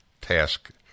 task